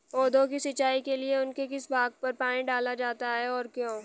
पौधों की सिंचाई के लिए उनके किस भाग पर पानी डाला जाता है और क्यों?